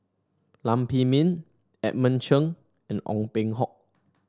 Lam Pin Min Edmund Chen and Ong Peng Hock